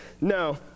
no